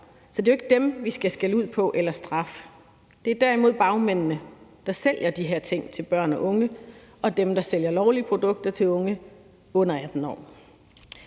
så det er jo ikke dem, vi skal skælde ud på eller straffe. Det er derimod bagmændene, der sælger de her ting til børn og unge, og dem, der sælger lovlige produkter til unge under 18 år.